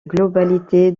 globalité